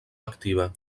activa